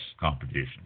competition